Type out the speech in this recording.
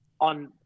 on